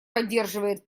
поддерживает